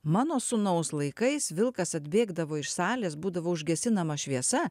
mano sūnaus laikais vilkas atbėgdavo iš salės būdavo užgesinama šviesa